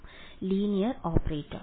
വിദ്യാർത്ഥി linear operator